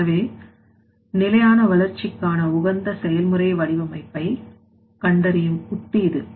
எனவே நிலையான வளர்ச்சிக்கான உகந்த செயல்முறை வடிவமைப்பை கண்டறியும் உத்தி இது